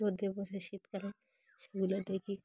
রোদে বসে শীতকালে সেগুলো দেখি